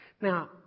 Now